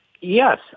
Yes